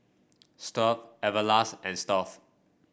Stuff'd Everlast and Stuff'd